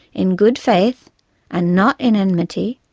in good faith and not in enmity,